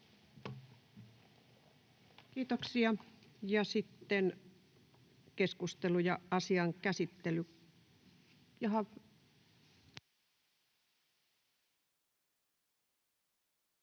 Kiitoksia. — Ja sitten keskustelu ja asian käsittely...